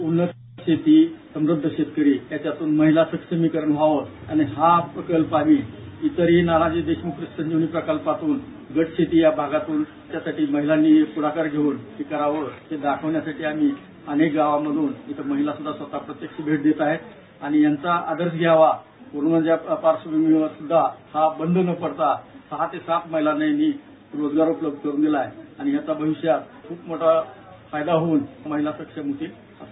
उन्नत शेती समृद्ध शेतकरी याच्यातून महिला सक्षमीकरण व्हावं हा प्रकल्प आम्ही नानाजी देशमुख कृषी संजीवनी प्रकल्पातून गटशेती या याच्यासाठी महिलांनी पुढाकार घेऊन हे कराव हे दाखवण्यासाठी आम्ही अनेक गावांमधून तिथे महिला स्वत भेट देत आहेत आणि यांचा आदर्श घ्यावा कोरोनाच्या पार्श्वभूमीवर सुद्धा हा बंद ना पडता सहा ते सात महिलांना रोजगार उपलब्ध करून दिला आहे आणि याचा भविष्यात फायदा होऊन महिला सक्षम होतील